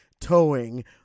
towing